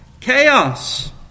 Chaos